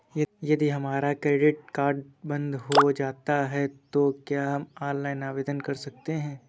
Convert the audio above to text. यदि हमारा credit card बंद हो जाता है तो क्या हम ऑनलाइन आवेदन कर सकते हैं?